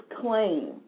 claim